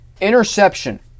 Interception